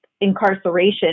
incarceration